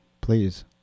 Please